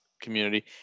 community